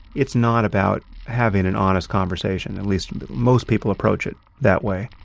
it's not about having an honest conversation. at least most people approach it that way.